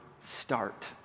start